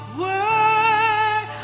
word